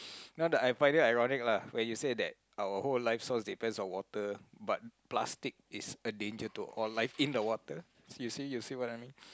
now that I found is ironic lah when you said that our whole life source depends on water but plastic is a danger to all life in the water you see you see what I mean